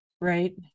right